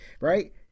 right